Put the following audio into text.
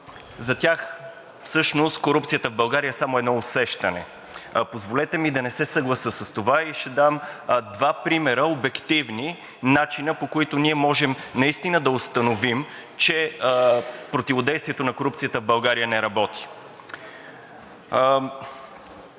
За тях всъщност корупцията в България е само едно усещане. Позволете ми да не се съглася с това. Ще дам два обективни начина, по които ние можем наистина да установим, че противодействието на корупцията в България не работи.